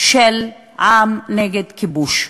של עם נגד כיבוש.